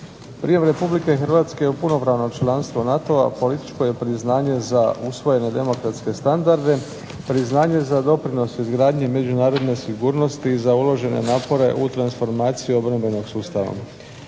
Prijem RH u punopravno članstvo NATO-a političko je priznanje za usvojene demokratske standarde, priznanje za doprinos izgradnje međunarodne sigurnosti i za uložene napore u transformaciji obrambenog sustava.